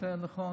יותר נכון